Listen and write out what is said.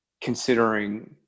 considering